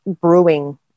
brewing